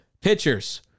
pitchers